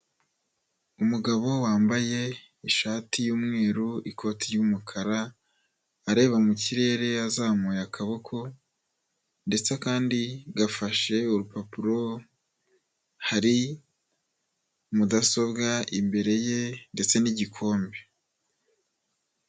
Umugabo wambaye ishati y'umweru, ikoti ry'umukara, areba mu kirere azamuye akaboko ndetse kandi gafashe urupapuro, hari mudasobwa imbere ye ndetse n'igikombe.